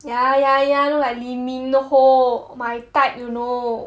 ya ya ya look like lee min ho my type you know